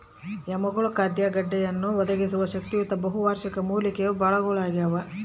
ಯಾಮ್ಗಳು ಖಾದ್ಯ ಗೆಡ್ಡೆಯನ್ನು ಒದಗಿಸುವ ಶಕ್ತಿಯುತ ಬಹುವಾರ್ಷಿಕ ಮೂಲಿಕೆಯ ಬಳ್ಳಗುಳಾಗ್ಯವ